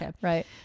Right